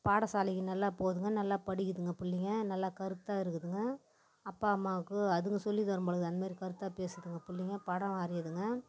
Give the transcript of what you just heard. பாடசாலைக்கு நல்லா போகுதுங்க நல்லா படிக்குதுங்க பிள்ளைங்க நல்லா கருத்தாக இருக்குதுங்க அப்பா அம்மாவுக்கு அதுங்கள் சொல்லித் தரும் போலிருக்கு அந்த மாதிரி கருத்தாக பேசுதுங்க பிள்ளைங்க படம் வரையுதுங்க